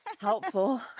helpful